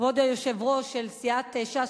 כבוד היושב-ראש של סיעת ש"ס,